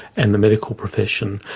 and the medical profession.